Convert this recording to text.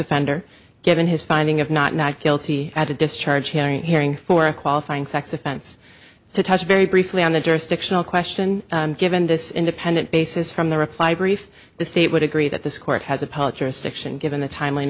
offender given his finding of not not guilty at a discharge hearing hearing for a qualifying sex offense to touch very briefly on the jurisdictional question given this independent basis from the reply brief the state would agree that this court has a publisher stiction given the tim